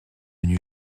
venus